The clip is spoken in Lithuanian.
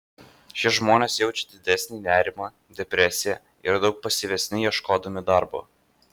šie žmonės jaučia didesnį nerimą depresiją yra daug pasyvesni ieškodami darbo